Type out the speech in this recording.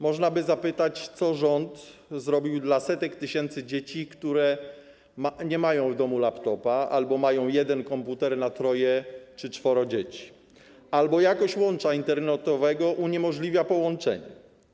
Można by zapytać, co rząd zrobił dla setek tysięcy dzieci, które nie mają w domu laptopa albo mają jeden komputer na troje czy czworo, albo gdy jakość łącza internetowego uniemożliwia połączenie.